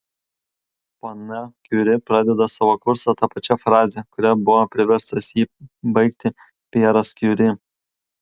ponia kiuri pradeda savo kursą ta pačia fraze kuria buvo priverstas jį baigti pjeras kiuri